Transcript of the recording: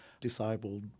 disabled